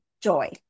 joy